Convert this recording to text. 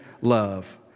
love